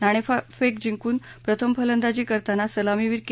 नाणेफेक जिंकून प्रथम फलंदाजी करताना सलामीवीर के